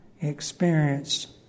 experienced